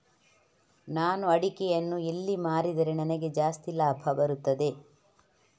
ನಾನು ಅಡಿಕೆಯನ್ನು ಎಲ್ಲಿ ಮಾರಿದರೆ ನನಗೆ ಜಾಸ್ತಿ ಲಾಭ ಬರುತ್ತದೆ?